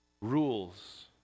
rules